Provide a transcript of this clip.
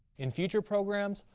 in future programs,